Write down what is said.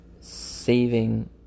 saving